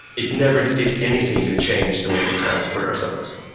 it never did anything to change the way we transport ourselves.